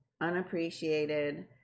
unappreciated